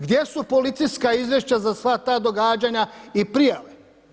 Gdje su policijska izvješća za sva ta događanja i prijave?